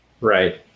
Right